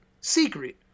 secret